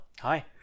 Hi